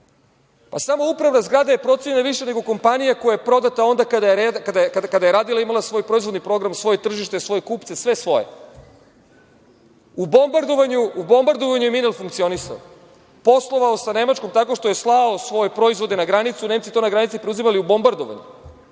Samo upravna zgrada je procenjena više nego kompanija koja je prodata onda kada je radila i imala svoj proizvodni program, svoje tržište, svoje kupce, sve svoje.U bombardovanju je „Minel“ funkcionisao, poslovao sa nemačkom tako što je slao svoje proizvode na granicu, Nemci to na granici preuzimali, u bombardovanju.